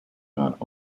not